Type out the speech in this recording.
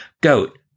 goat